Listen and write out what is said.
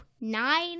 nine